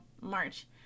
March